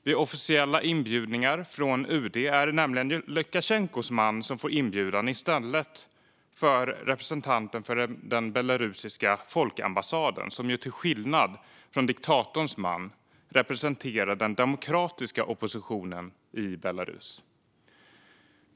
Vid officiella inbjudningar från UD är det nämligen Lukasjenkos man som får inbjudan i stället för representanten för den belarusiska folkambassaden, som till skillnad från diktatorns man representerar den demokratiska oppositionen i Belarus.